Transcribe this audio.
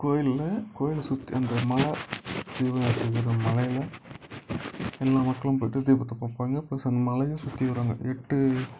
கோவில்ல கோவில சுற்றி அந்த மலை திருவண்ணாமலையில் உள்ள மலையில் எல்லா மக்களும் போய்ட்டு தீபத்தை பார்ப்பாங்க ப்ளஸ் அந்த மலையை சுற்றி வருவாங்க எட்டு